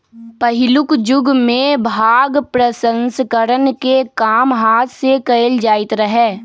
पहिलुक जुगमें भांग प्रसंस्करण के काम हात से कएल जाइत रहै